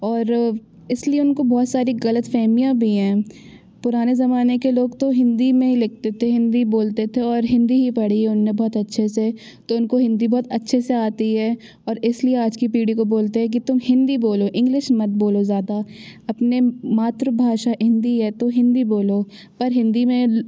और इसलिए उनको बहुत सारी ग़लतफ़हमियाँ भी हैं पुराने ज़माने के लोग तो हिंदी में ही लिखते थे हिंदी बोलते थे और हिंदी ही पढ़ी उन्होंने बहुत अच्छे से तो उनको हिंदी बहुत अच्छे से आती है और इसलिए आज की पीढ़ी को बोलते है कि तुम हिंदी बोलो इंग्लिश मत बोलो ज़्यादा अपनी मातृभाषा हिंदी है तो हिंदी बोलो पर हिंदी में